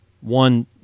one